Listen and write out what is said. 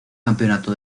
campeonato